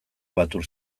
batu